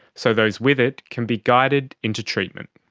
so those with it can be guided into treatment.